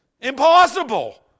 Impossible